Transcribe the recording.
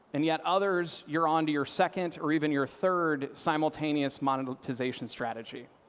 and yet others, you're onto your second or even your third simultaneous monetization strategy.